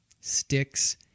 sticks